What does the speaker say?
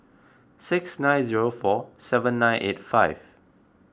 six nine zero four seven nine eight five